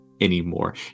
anymore